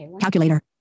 Calculator